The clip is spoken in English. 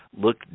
Look